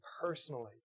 personally